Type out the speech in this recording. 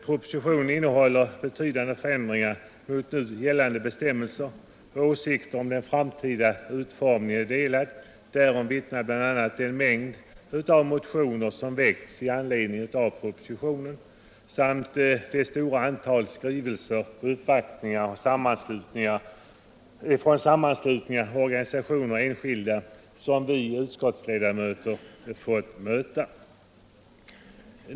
Propositionen innehåller betydande förändringar av nu gällande bestämmelser. Åsikterna om den framtida utformningen är delade, därom vittnar bl.a. den mängd motioner som har väckts i anledning av propositionen samt det stora antal skrivelser och uppvaktningar från sammanslutningar, organisationer och enskilda som vi utskottsledamöter har fått mottaga.